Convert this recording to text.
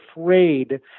afraid